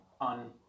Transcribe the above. on